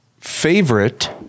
favorite